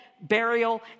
burial